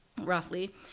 Roughly